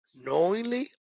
Knowingly